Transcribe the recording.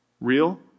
real